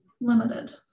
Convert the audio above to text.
limited